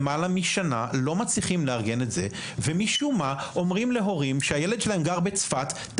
לא לזה פילל המשורר בוועדה שבאה ותגיד האם הילד צריך סייעת,